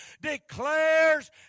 declares